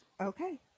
Okay